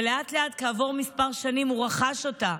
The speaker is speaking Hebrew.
ולאט-לאט, כעבור כמה שנים, הוא רכש אותה,